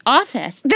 office